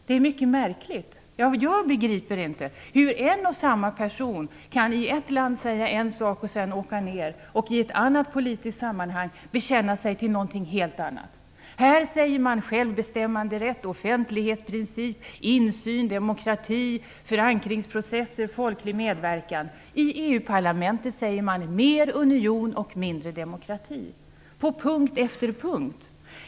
Det är mycket märkligt. Jag begriper inte hur en och samma person i ett land kan säga en sak och sedan åka söderut och i ett annat politiskt sammanhang bekänna sig till någonting helt annat. Här talar man om självbestämmanderätt, offentlighetsprincip, insyn, demokrati, förankringsprocess i folklig medverkan. I EU-parlamentet säger man: Mer union och mindre demokrati. Och det gör man på punkt efter punkt.